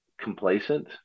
complacent